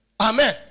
Amen